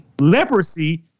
Leprosy